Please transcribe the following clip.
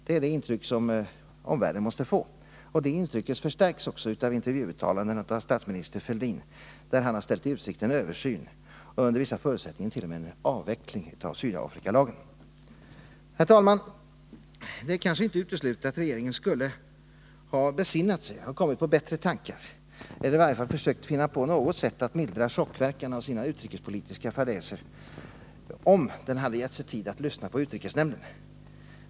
Det är det intryck som omvärlden måste få. Det intrycket förstärks också av intervjuuttalanden av statsminister Fälldin, där han har ställt i utsikt en översyn av och under vissa förutsättningar t.o.m. en avveckling av Sydafrikalagen. Herr talman! Det är kanske inte uteslutet att regeringen skulle ha besinnat sig, kommit på bättre tankar eller i varje fall försökt finna på något sätt att mildra chockverkan av sina utrikespolitiska fadäser, om den hade gett sig tid att lyssna på utrikesnämnden.